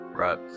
Right